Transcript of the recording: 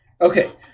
Okay